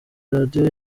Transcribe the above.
radio